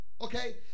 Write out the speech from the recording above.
Okay